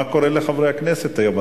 מה קורה לחברי הכנסת היום?